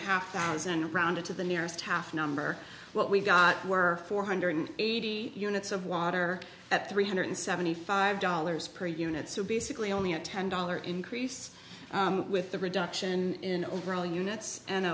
a half hours and rounded to the nearest half number what we've got were four hundred eighty units of water at three hundred seventy five dollars per unit so basically only a ten dollar increase with the reduction in overall units and